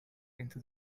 into